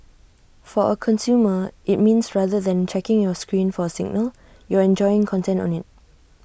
for A consumer IT means rather than checking your screen for A signal you're enjoying content on IT